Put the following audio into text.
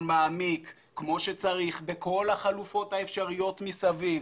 מעמיק כמו שצריך בכל החלופות האפשריות מסביב,